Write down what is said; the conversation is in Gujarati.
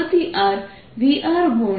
4πr2dr મળશે